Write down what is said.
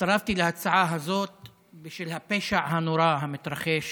הצטרפתי להצעה הזאת היא בשל הפשע הנורא המתרחש